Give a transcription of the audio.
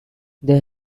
they